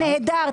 נהדר.